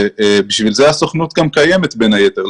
לשם כך הסוכנות גם קיימת בין היתר,